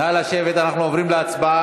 נא לשבת, אנחנו עוברים להצבעה.